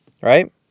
right